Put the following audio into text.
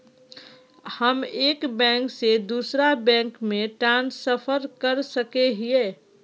हम एक बैंक से दूसरा बैंक में ट्रांसफर कर सके हिये?